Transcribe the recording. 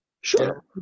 Sure